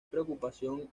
preocupación